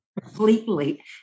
completely